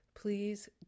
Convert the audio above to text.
please